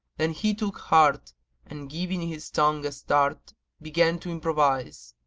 then he took heart and giving his tongue a start began to improvise,